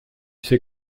sais